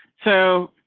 so.